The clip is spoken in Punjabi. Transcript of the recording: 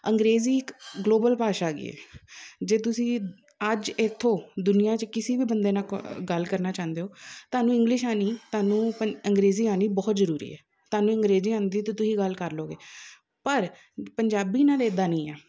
ਅੰਗਰੇਜ਼ੀ ਇੱਕ ਗਲੋਬਲ ਭਾਸ਼ਾ ਹੈਗੀ ਹੈ ਜੇ ਤੁਸੀਂ ਅੱਜ ਇੱਥੋਂ ਦੁਨੀਆਂ 'ਚ ਕਿਸੇ ਵੀ ਬੰਦੇ ਨਾਲ ਕੋਂ ਗੱਲ ਕਰਨਾ ਚਾਹੁੰਦੇ ਹੋ ਤੁਹਾਨੂੰ ਇੰਗਲਿਸ਼ ਆਉਣੀ ਤੁਹਾਨੂੰ ਪ ਅੰਗਰੇਜ਼ੀ ਆਉਣੀ ਬਹੁਤ ਜ਼ਰੂਰੀ ਹੈ ਤੁਹਾਨੂੰ ਅੰਗਰੇਜ਼ੀ ਆਉਂਦੀ ਤਾਂ ਤੁਸੀਂ ਗੱਲ ਕਰ ਲੋਂਗੇ ਪਰ ਪੰਜਾਬੀ ਨਾਲ ਇੱਦਾਂ ਨਹੀਂ ਹੈ